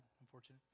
unfortunate